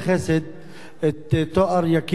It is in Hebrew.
את תואר יקיר העדה הדרוזית,